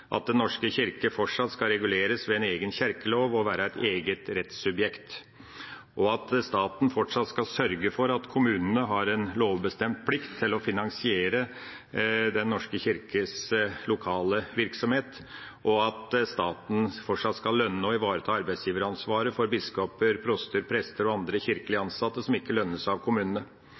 at Den norske kirke fortsatt skal reguleres ved en egen kirkelov og være et eget rettssubjekt, at staten fortsatt skal sørge for at kommunene har en lovbestemt plikt til å finansiere Den norske kirkes lokale virksomhet, og at staten fortsatt skal lønne og ivareta arbeidsgiveransvaret for biskoper, proster, prester og andre kirkelig ansatte som ikke lønnes av kommunene.